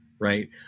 Right